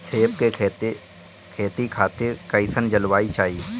सेब के खेती खातिर कइसन जलवायु चाही?